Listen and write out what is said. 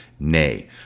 nay